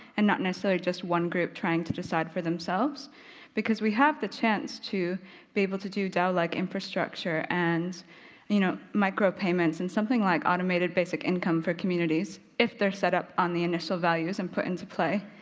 and not necessarily just one group trying to decide for themselves because we have the chance to be able to do dao like infrastructure and you know, micropayments and something like automated basic income for communities, if they're set up on the initial values and put into play.